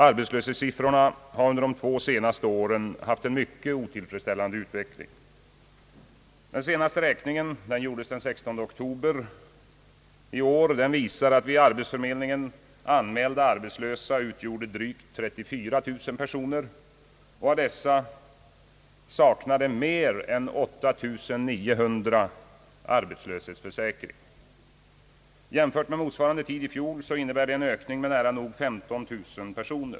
Arbetslöshetssiffrorna har under de två senaste åren haft en mycket otillfredsställande utveckling. Den senaste räkningen, som gjordes den 16 oktober i år, visar att vid arbetsförmedlingen anmälda arbetslösa utgjorde drygt 34 000 personer, och av dessa saknade mer än 8900 arbetslöshetsförsäkring. Jämfört med motsvarande tid i fjol innebär detta en ökning med nära nog 15 000 personer.